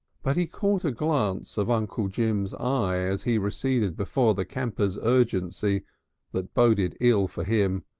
but he caught a glance of uncle jim's eye as he receded before the campers' urgency that boded ill for him,